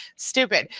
stupid,